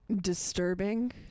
disturbing